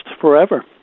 forever